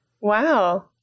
Wow